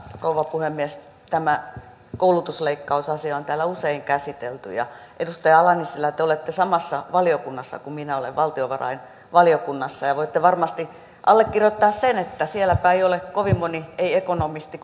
rouva puhemies tämä koulutusleikkausasia on täällä usein käsitelty edustaja ala nissilä te olette samassa valiokunnassa kuin minä valtiovarainvaliokunnassa ja ja voitte varmasti allekirjoittaa sen että sielläpä ei ole kovin moni ei ekonomisti